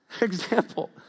Example